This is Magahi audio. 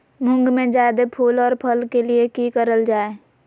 मुंग में जायदा फूल और फल के लिए की करल जाय?